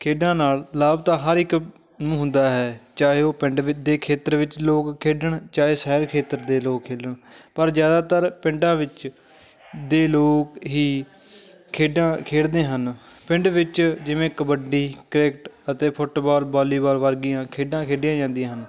ਖੇਡਾਂ ਨਾਲ ਲਾਭ ਤਾਂ ਹਰ ਇੱਕ ਨੂੰ ਹੁੰਦਾ ਹੈ ਚਾਹੇ ਉਹ ਪਿੰਡ ਦੇ ਖੇਤਰ ਵਿੱਚ ਲੋਕ ਖੇਡਣ ਚਾਹੇ ਸ਼ਹਿਰੀ ਖੇਤਰ ਦੇ ਲੋਕ ਖੇਡਣ ਪਰ ਜ਼ਿਆਦਾਤਰ ਪਿੰਡਾਂ ਵਿੱਚ ਦੇ ਲੋਕ ਹੀ ਖੇਡਾਂ ਖੇਡਦੇ ਹਨ ਪਿੰਡ ਵਿੱਚ ਜਿਵੇਂ ਕਬੱਡੀ ਕ੍ਰਿਕਟ ਅਤੇ ਫੁੱਟਬਾਲ ਵਾਲੀਬਾਲ ਵਰਗੀਆਂ ਖੇਡਾਂ ਖੇਡੀਆਂ ਜਾਂਦੀਆਂ ਹਨ